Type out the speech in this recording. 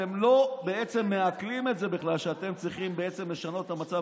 אתם בעצם לא מעכלים את זה בכלל שאתם צריכים בעצם לשנות את המצב